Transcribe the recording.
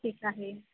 ठीक आहे